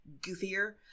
goofier